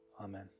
Amen